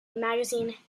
magazine